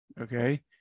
Okay